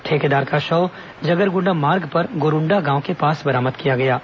ठेकेदार का शव जगरगुंडा मार्ग पर गोरुंडा गांव के पास बरामद किया गया है